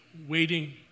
waiting